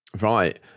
Right